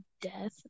death